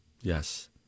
Yes